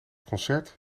concert